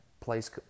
place